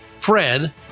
Fred